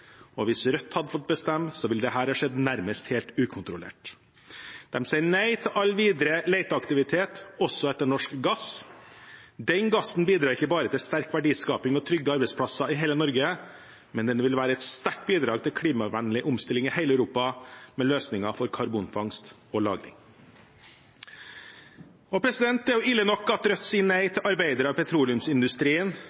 og hvis Rødt hadde fått bestemme, ville dette ha skjedd nærmest helt ukontrollert. De sier nei til all videre leteaktivitet – også etter norsk gass. Den gassen bidrar ikke bare til sterk verdiskaping og trygge arbeidsplasser i hele Norge, men den vil være et sterkt bidrag til klimavennlig omstilling i hele Europa, med løsninger for karbonfangst og -lagring. Det er ille nok at Rødt sier nei